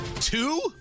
Two